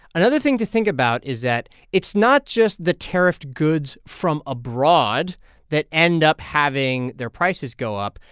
another thing to think about is that it's not just the tariffed goods from abroad that end up having their prices go up.